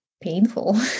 painful